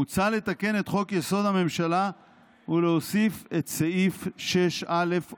מוצע לתקן את חוק-יסוד: הממשלה ולהוסיף את סעיף 6א,